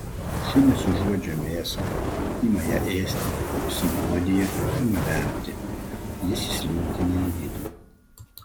šunys užuodžia mėsą ima ją ėsti apsinuodija ima vemti jis įsliūkina į vidų